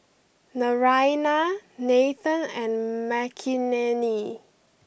Naraina Nathan and Makineni